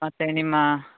ಮತ್ತು ನಿಮ್ಮ